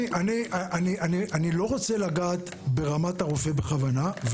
אני לא רוצה לגעת ברמת הרופא בכוונה.